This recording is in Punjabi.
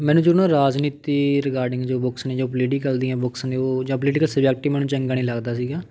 ਮੈਨੂੰ ਜੋ ਨਾ ਰਾਜਨੀਤੀ ਰਿਗਾਰਡਿੰਗ ਜੋ ਬੁੱਕਸ ਨੇ ਜੋ ਪੋਲੀਟੀਕਲ ਦੀਆਂ ਬੁੱਕਸ ਨੇ ਉਹ ਜਾਂ ਪੋਲੀਟੀਕਲ ਸਬਜੈਕਟ ਹੀ ਮੈਨੂੰ ਚੰਗਾ ਨਹੀਂ ਲੱਗਦਾ ਸੀਗਾ